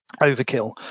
overkill